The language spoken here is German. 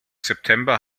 september